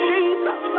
Jesus